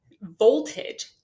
voltage